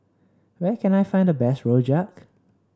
where can I find the best Rojak